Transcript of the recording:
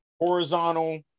horizontal